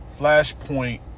flashpoint